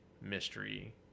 mystery